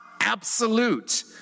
absolute